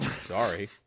Sorry